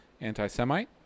anti-Semite